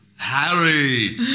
Harry